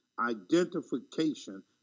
Identification